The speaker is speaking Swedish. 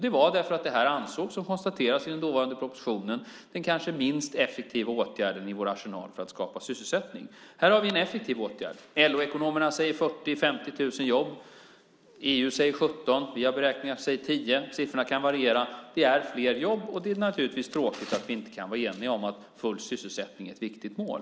Det var därför att detta ansågs, vilket konstaterades i den dåvarande propositionen, som den kanske minst effektiva åtgärden i vår arsenal för att skapa sysselsättning. Här har vi en effektiv åtgärd. LO-ekonomerna säger att det blir 40 000-50 000 jobb. EU säger 17 000. Vi har beräkningar som säger 10 000. Siffrorna kan variera. Det är fler jobb, och det är naturligtvis tråkigt att vi inte kan vara eniga om att full sysselsättning är ett viktigt mål.